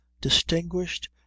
distinguished